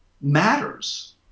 matters